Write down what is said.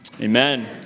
Amen